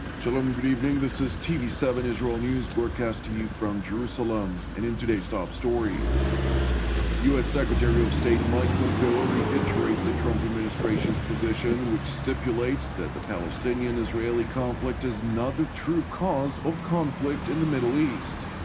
shalom and good evening, this is t v seven israel news broadcast to you from jerusalem. and in today's top stories u s. secretary of state mike pompeo ah reiterated the trump administration's position which stipulated that the israel-palestinian conflict is not the true cause of conflict in the middle east.